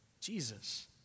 Jesus